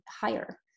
higher